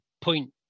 point